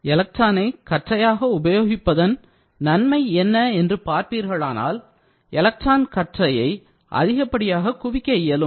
எலக்ட்ரானை கற்றையாக உபயோகிப்பதன் நன்மை என்ன என்று பார்ப்பீர்களானால் எலக்ட்ரான் கற்றையை அதிகப்படியாக குவிக்க இயலும்